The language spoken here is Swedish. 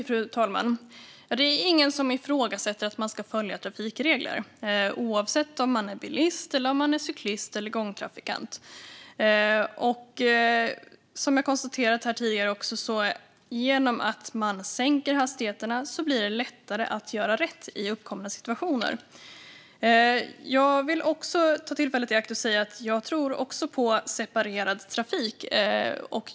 Fru talman! Det är ingen som ifrågasätter att man ska följa trafikregler, oavsett om man är bilist, cyklist eller gångtrafikant. Men som jag har konstaterat här tidigare medför sänkta hastigheter att det blir lättare att göra rätt i uppkomna situationer. Jag vill också ta tillfället i akt och säga att även jag tror på separerad trafik.